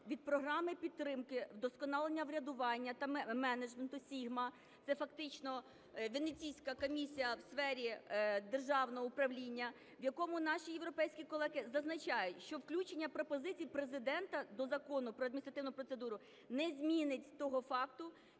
від Програми підтримки вдосконалення врядування та менеджменту SIGMA, це фактично Венеційська комісія у сфері державного управління, в якому наші європейські колеги, зазначають, що включення пропозицій Президента до Закону "Про адміністративну процедуру" не змінить того факту,